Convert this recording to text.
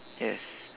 yes